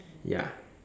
ya